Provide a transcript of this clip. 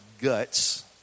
guts